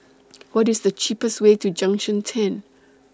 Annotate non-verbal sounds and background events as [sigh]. [noise] [noise] What IS The cheapest Way to Junction ten [noise]